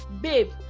Babe